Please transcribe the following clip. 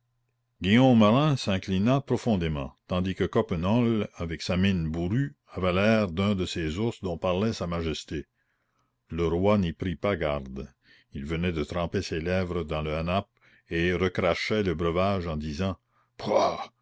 guillaume rym s'inclina profondément tandis que coppenole avec sa mine bourrue avait l'air d'un de ces ours dont parlait sa majesté le roi n'y prit pas garde il venait de tremper ses lèvres dans le hanap et recrachait le breuvage en disant